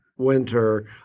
winter